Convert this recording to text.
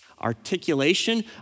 articulation